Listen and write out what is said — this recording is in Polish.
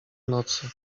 nocy